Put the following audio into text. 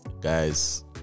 guys